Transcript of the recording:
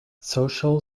social